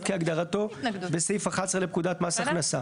כהגדרתו בסעיף 11 לפקודת מס הכנסה.